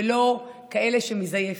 ולא לכזה שמזייף.